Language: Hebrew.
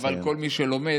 אבל כל מי שלומד,